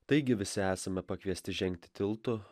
taigi visi esame pakviesti žengti tiltu